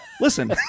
Listen